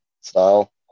style